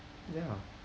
ya